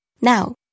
now